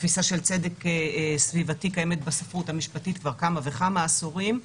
תפיסה של צדק סביבתי קיימת בספרות המשפטית כבר כמה וכמה עשורים.